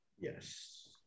Yes